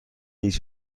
هیچ